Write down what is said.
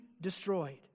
destroyed